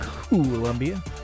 Columbia